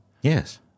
Yes